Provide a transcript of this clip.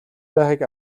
байхыг